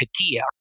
Katia